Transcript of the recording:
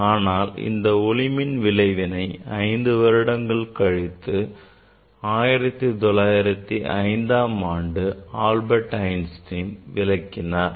ஆனால் இந்த ஒளிமின் விளைவினை ஐந்து வருடங்கள் கழித்து 1905 ம் ஆண்டு ஆல்பர்ட் ஐன்ஸ்டீன் விளக்கினார்